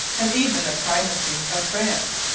and even the primacy of france.